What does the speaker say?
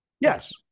yes